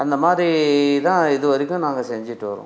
அந்த மாதிரி தான் இது வரைக்கும் நாங்கள் செஞ்சிட்டு வரோம்